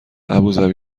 ابوذبی